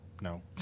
No